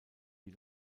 die